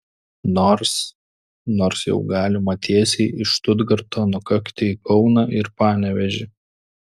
nors nors jau galima tiesiai iš štutgarto nukakti į kauną ir panevėžį